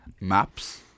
maps